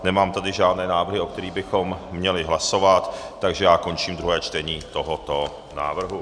Nemám tedy žádné návrhy, o kterých bychom měli hlasovat, takže končím druhé čtení tohoto návrhu.